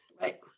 right